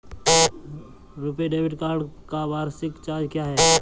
RuPay debit card का वार्षिक charge क्या है?